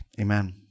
Amen